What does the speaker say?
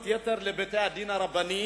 בגלל הכופתאות, בגלל ה"וולבו",